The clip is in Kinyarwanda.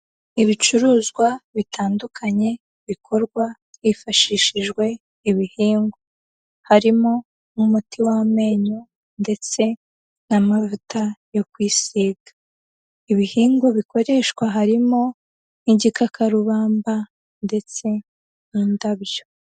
Ibicuruzwa bitandukanye bikorwa hifashishijwe ibihingwa harimo, nk'umuti w'amenyo ndetse n'amavuta yo kwisiga. Ibihingwa bikoreshwa harimo igikakarubamba ndetse n'indabyo.